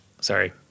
sorry